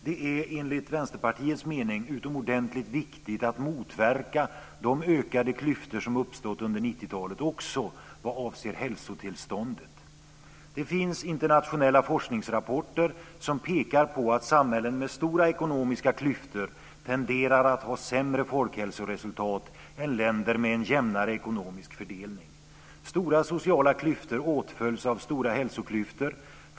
Det är enligt Vänsterpartiets mening utomordentligt viktigt att motverka de ökade klyftor som uppstått under 90-talet också vad avser hälsotillståndet. Det finns internationella forskningsrapporter som pekar på att samhällen med stora ekonomiska klyftor tenderar att ha sämre folkhälsoresultat än länder med en jämnare ekonomisk fördelning. Stora sociala klyftor åtföljs av stora hälsoklyftor.